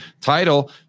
title